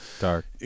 dark